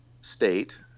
state